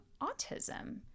autism